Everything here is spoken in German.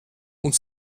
und